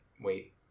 wait